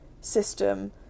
system